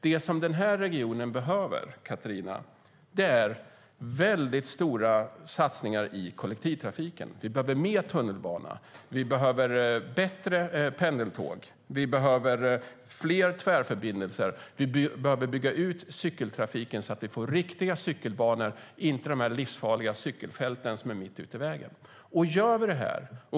Det som den här regionen behöver, Catharina, är stora satsningar i kollektivtrafiken. Vi behöver mer tunnelbana. Vi behöver bättre pendeltåg. Vi behöver fler tvärförbindelser. Vi behöver bygga ut cykeltrafiken, så att vi får riktiga cykelbanor, inte de livsfarliga cykelfält som är mitt ute i vägen.